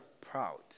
proud